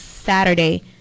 saturday